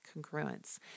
congruence